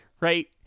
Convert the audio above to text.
Right